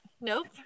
nope